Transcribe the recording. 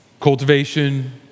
Cultivation